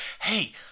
Hey